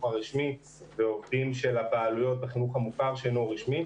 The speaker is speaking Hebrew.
הרשמי ועובדים של הבעלויות בחינוך המוכר שאינו רשמי,